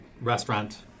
restaurant